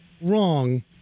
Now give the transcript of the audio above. wrong